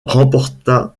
remporta